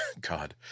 God